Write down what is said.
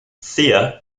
thea